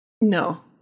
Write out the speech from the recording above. No